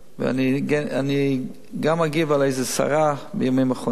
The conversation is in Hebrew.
ואני גם אגיב על איזו סערה בימים האחרונים: